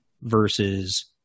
versus